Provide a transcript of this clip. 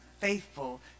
faithful